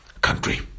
country